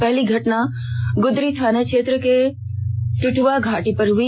पहली घटना गुरदारी थाना क्षेत्र के दुटुवा घाटी पर हुई